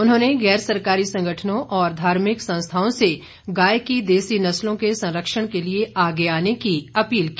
उन्होंने गैर सरकारी संगठनों और धार्मिक संस्थाओं से गाय की देसी नस्लों के संरक्षण के लिए आगे आने की अपील की